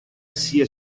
sia